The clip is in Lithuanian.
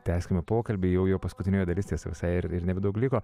tęskime pokalbį jau jau paskutinioji dalis tiesa visai ir nebedaug liko